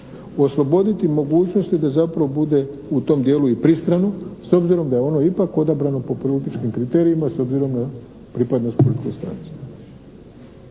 osloboditi mogućnosti da zapravo bude u tom dijelu i pristrano s obzirom da je ono ipak odabrano po političkim kriterijima s obzirom na pripadnost političkoj stranci.